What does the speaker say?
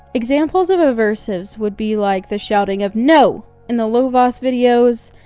examples of aversives would be like the shouting of no! in the lovaas videos,